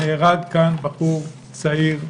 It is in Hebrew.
נהרג כאן בחור צעיר,